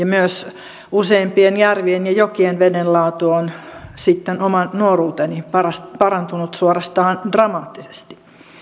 myös useimpien järvien ja jokien veden laatu on sitten oman nuoruuteni parantunut suorastaan dramaattisesti